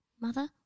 Mother